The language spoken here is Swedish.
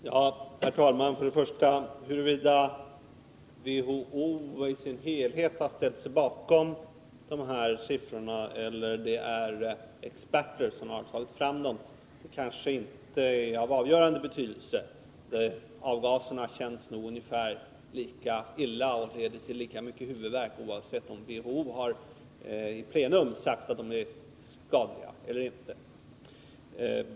Herr talman! Huruvida WHO i sin helhet har ställt sig bakom de här siffrorna eller om det är experter som har tagit fram dem är kanske inte av avgörande betydelse. Avgaserna känns nog ungefär lika illa och leder till lika mycket huvudvärk, oavsett om WHO i plenum har sagt att de är skadliga.